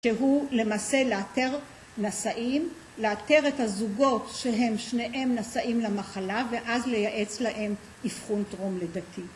שהוא למעשה לאתר נשאים, לאתר את הזוגות שהם שניהם נשאים למחלה ואז לייעץ להם אבחון טרום לידתי.